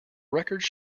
records